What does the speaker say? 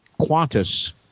Qantas